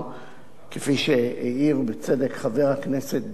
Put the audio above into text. כפי שהעיר, בצדק, חבר הכנסת דני דנון,